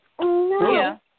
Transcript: no